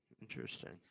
Interesting